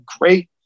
great